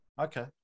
Okay